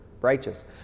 righteous